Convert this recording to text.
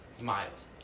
miles